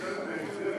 כותרת נהדרת.